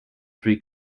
three